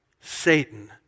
Satan